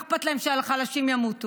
מה אכפת להם שהחלשים ימותו?